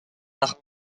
par